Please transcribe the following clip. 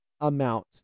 amount